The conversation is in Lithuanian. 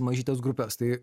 mažytes grupes tai